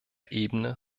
ebene